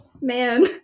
man